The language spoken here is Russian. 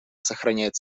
сохраняет